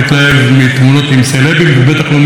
ובטח לא מהתמונה של עצמי,